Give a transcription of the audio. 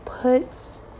puts